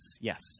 yes